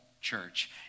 church